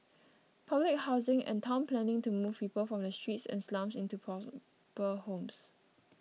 public housing and town planning to move people from the streets and slums into proper homes